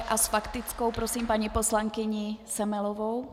S faktickou prosím paní poslankyni Semelovou.